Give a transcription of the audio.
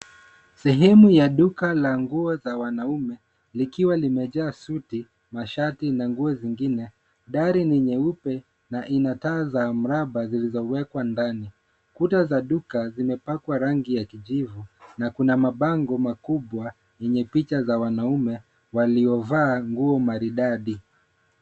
Sehemu ya duka la nguo za wanaume, likiwa limejaa suti, mashati na nguo zingine. Dari ni nyeupe na ina taa za mraba zilizowekwa ndani. Kuta za duka zimepakwa rangi ya kijivu na kuna mabango makubwa yenye picha za wanaume waliovaa nguo maridadi.